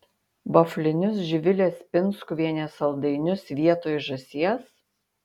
vaflinius živilės pinskuvienės saldainius vietoj žąsies